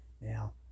now